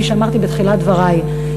כפי שאמרתי בתחילת דברי,